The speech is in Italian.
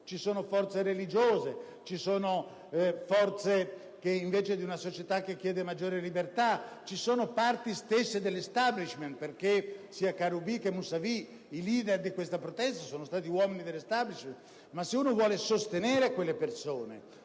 Ci sono forze religiose, ci sono forze invece espressione di una società che chiede maggiore libertà, ci sono parti stesse dell'*establishment*, perché sia Karrubi che Moussavi, i leader di questa protesta, sono stati uomini dell'*establishment*. Ma se si vogliono sostenere quelle persone